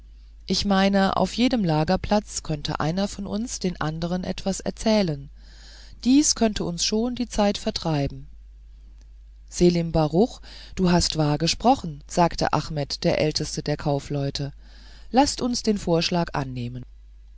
ich meine auf jedem lagerplatz könnte einer von uns den andern etwas erzählen dies könnte uns schon die zeit vertreiben selim baruch du hast wahr gesprochen sagte achmet der älteste der kaufleute laßt uns den vorschlag annehmen